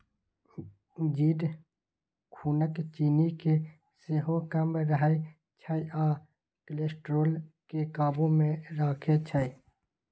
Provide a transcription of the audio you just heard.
जीर खुनक चिन्नी केँ सेहो कम करय छै आ कोलेस्ट्रॉल केँ काबु मे राखै छै